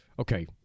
Okay